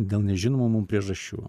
dėl nežinomų mum priežasčių